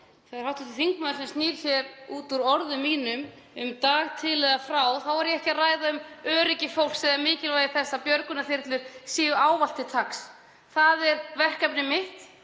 Það er hv. þingmaður sem snýr út úr orðum mínum um dag til eða frá. Ég var ekki að ræða um öryggi fólks eða mikilvægi þess að björgunarþyrlur séu ávallt til taks. Það er verkefni mitt.